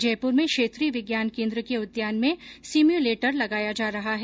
जयपुर में क्षेत्रीय विज्ञान केन्द्र के उद्यान में सिम्यूलेटर लगाया जा रहा है